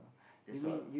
that's all